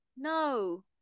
No